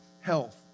health